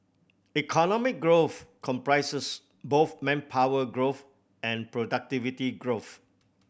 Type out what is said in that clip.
economic growth comprises both manpower growth and productivity growth